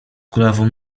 kulawą